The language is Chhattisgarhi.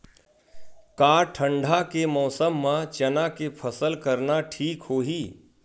का ठंडा के मौसम म चना के फसल करना ठीक होही?